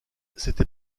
c’était